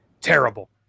terrible